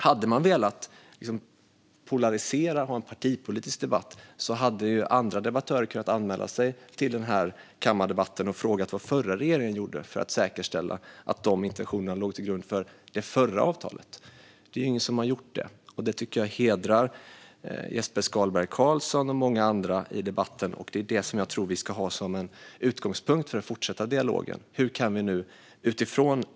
Om man hade velat polarisera och ha en partipolitisk debatt hade andra debattörer kunnat anmäla sig till kammardebatten och fråga vad den förra regeringen gjorde för att säkerställa att de intentionerna låg till grund för det förra avtalet. Men det är ingen som har gjort det. Det hedrar Jesper Skalberg Karlsson och många andra i debatten, och vi ska ha det som utgångspunkt för den fortsatta dialogen.